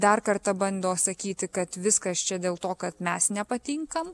dar kartą bando sakyti kad viskas čia dėl to kad mes nepatinkam